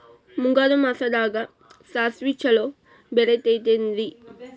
ಮುಂಗಾರು ಮಾಸದಾಗ ಸಾಸ್ವಿ ಛಲೋ ಬೆಳಿತೈತೇನ್ರಿ?